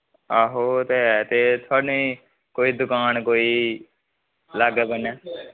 आहो ओह् ते ऐ ते थोआनी कोई दुकान कोई लाग्गै बन्नै